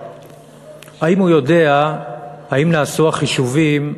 אם הוא יודע אם נעשו החישובים,